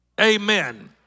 Amen